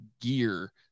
gear